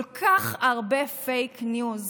כל כך הרבה פייק ניוז,